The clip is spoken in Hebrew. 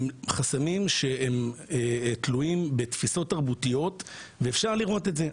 הם חסמים שתלויים בתפיסות תרבותיות ואפשר לראות את זה.